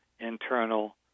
internal